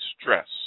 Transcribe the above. stress